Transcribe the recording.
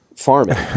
farming